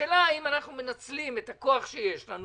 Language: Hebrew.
השאלה אם אנחנו מנצלים את הכוח שיש לנו